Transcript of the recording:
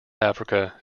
africa